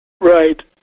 Right